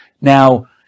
Now